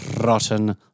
Rotten